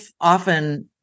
often